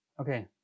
Okay